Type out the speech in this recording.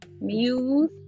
Muse